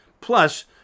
Plus